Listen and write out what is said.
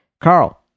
Carl